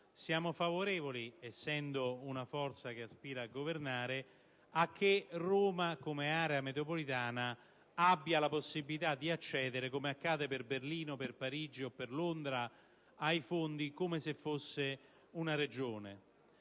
siamo favorevoli, essendo una forza che aspira a governare, a che Roma come area metropolitana abbia la possibilità di accedere, come accade per Berlino, Parigi e Londra, ai fondi come se si trattasse